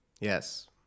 yes